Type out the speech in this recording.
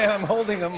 and i'm holding him.